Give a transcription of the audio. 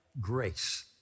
Grace